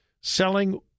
selling